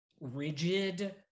rigid